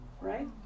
right